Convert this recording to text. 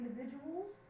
individuals